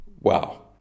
wow